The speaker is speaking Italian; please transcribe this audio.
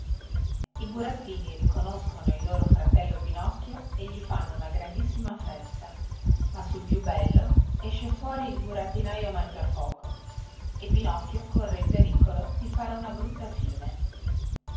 i burattini riconoscono il loro fratello pinocchio e gli fanno una grandissima festa ma sul più bello esce fuori il burattinaio mangiafoco e pinocchio corre il pericolo di fare una brutta fine